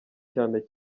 cyane